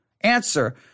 Answer